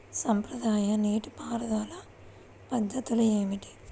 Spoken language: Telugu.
సాంప్రదాయ నీటి పారుదల పద్ధతులు ఏమిటి?